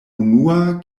unua